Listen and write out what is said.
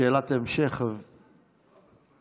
שאלת המשך, בבקשה.